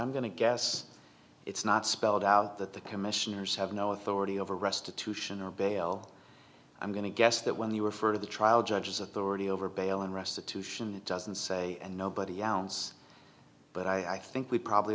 i'm going to guess it's not spelled out that the commissioners have no authority over restitution or bail i'm going to guess that when you refer to the trial judge's authority over bail and restitution it doesn't say and nobody else but i think we probably